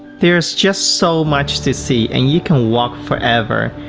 there is just so much to see and you can walk forever,